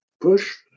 push